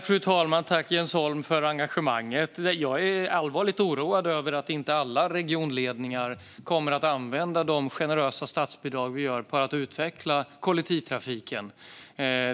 Fru talman! Tack, Jens Holm, för engagemanget! Jag är allvarligt oroad över att inte alla regionledningar kommer att använda de generösa statsbidrag vi har för att utveckla kollektivtrafiken.